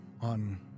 on